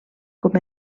com